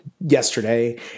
yesterday